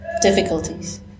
Difficulties